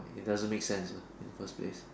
it doesn't make sense lah in the first place